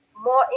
more